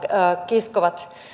kiskovat